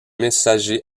messager